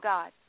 God